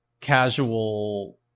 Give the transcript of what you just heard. casual